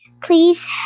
Please